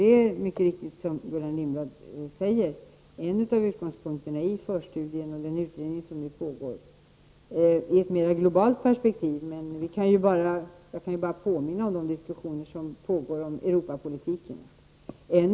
Detta är mycket riktigt som Gullan Lindblad säger en av utgångspunkterna i förstudierna till den utredning som nu pågår. I ett mer globalt perspektiv vill jag bara påminna om de diskussioner som förs om Europapolitiken.